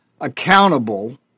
accountable